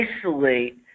isolate